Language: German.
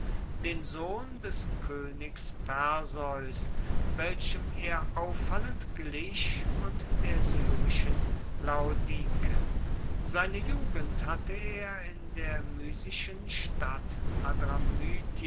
den sohn des königs perseus welchem er auffallend glich und der syrischen laodike seine jugend hatte er in der mysischen stadt